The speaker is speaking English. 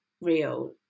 real